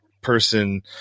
person